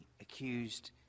accused